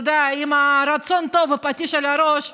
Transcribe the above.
עם רצון טוב ופטיש על הראש,